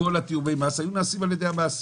כל תאומי המס היו נעשים על ידי המעסיק.